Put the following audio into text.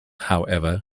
however